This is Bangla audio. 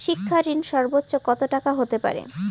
শিক্ষা ঋণ সর্বোচ্চ কত টাকার হতে পারে?